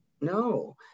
no